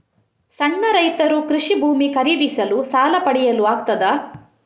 ಸಣ್ಣ ರೈತರು ಕೃಷಿ ಭೂಮಿ ಖರೀದಿಸಲು ಸಾಲ ಪಡೆಯಲು ಆಗ್ತದ?